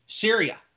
Syria